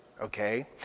okay